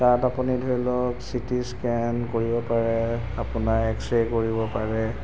তাত আপুনি ধৰি লওক চি টি স্কেন কৰিব পাৰে আপোনাৰ এক্স ৰে কৰিব পাৰে